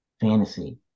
fantasy